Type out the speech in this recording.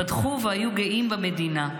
בטחו והיו גאים במדינה.